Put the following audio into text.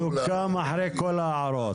סוכם אחרי כל ההערות.